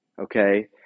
okay